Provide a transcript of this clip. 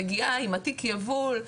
מגיעה עם התיק יבול,